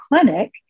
clinic